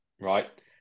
right